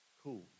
Cool